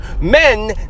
Men